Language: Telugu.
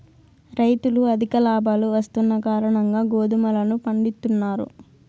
రైతులు అధిక లాభాలు వస్తున్న కారణంగా గోధుమలను పండిత్తున్నారు